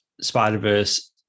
Spider-Verse